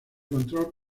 control